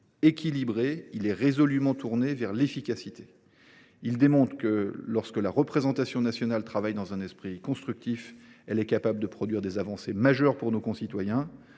équilibré, il est résolument tourné vers l’efficacité. Il démontre que, lorsque la représentation nationale travaille dans un esprit constructif, elle est capable de produire des avancées majeures pour nos concitoyens.